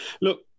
Look